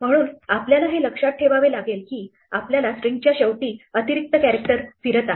म्हणून आपल्याला हे लक्षात ठेवावे लागेल की आपल्या स्ट्रिंगच्या शेवटी अतिरिक्त कॅरेक्टर फिरत आहे